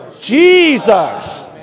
Jesus